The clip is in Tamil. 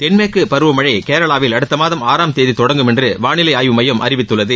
தென்மேற்கு பருவமழை கேரளாவில் அடுத்த மாதம் ஆறாம் தேதி தொடங்கும் என்று வானிலை ஆய்வு மையம் அறிவித்துள்ளது